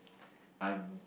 I'm